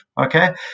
okay